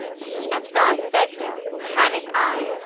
and thy phaedra, panic-eyed,